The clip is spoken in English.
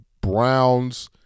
Browns